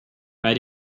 bei